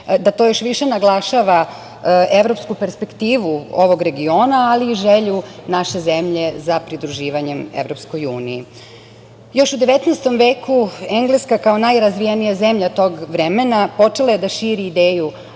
da to još više naglašava evropsku perspektivu ovog regiona, ali i želju naše zemlje za pridruživanjem EU.Još u 19. veku engleska kao najrazvijenija zemlja tog vremena počela je da širi ideju